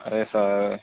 అదే సార్